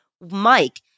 Mike